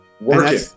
working